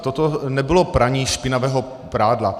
Toto nebylo praní špinavého prádla.